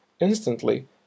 Instantly